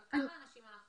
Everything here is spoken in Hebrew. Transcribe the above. על כמה אנשים אנחנו מדברים?